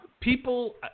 people